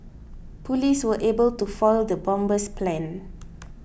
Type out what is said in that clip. police were able to foil the bomber's plans